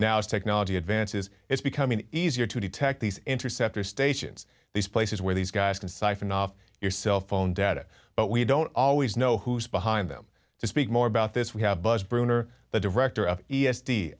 as technology advances it's becoming easier to detect these interceptors stations these places where these guys can siphon off your cell phone data but we don't always know who's behind them to speak more about this we have buzz bruner the director of e